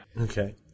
Okay